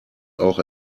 auch